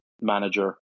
manager